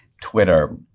Twitter